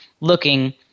looking